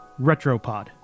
Retropod